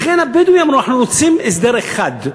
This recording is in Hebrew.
לכן הבדואים אמרו: אנחנו רוצים הסדר אחד.